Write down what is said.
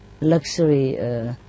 luxury